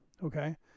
okay